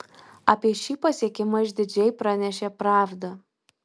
apie šį pasiekimą išdidžiai pranešė pravda